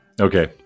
Okay